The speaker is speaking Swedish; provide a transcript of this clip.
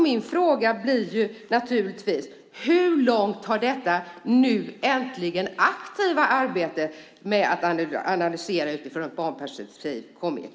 Min fråga blir naturligtvis: Hur långt har detta, nu äntligen aktiva, arbete med att analysera utifrån ett barnperspektiv kommit?